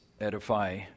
Edify